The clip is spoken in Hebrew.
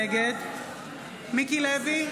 נגד מיקי לוי,